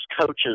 coaches